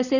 SA